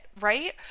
right